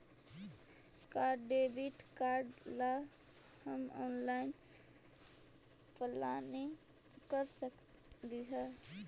का debit card ला हम ऑनलाइन अप्लाई कर सकली हे?